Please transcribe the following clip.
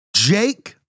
Jake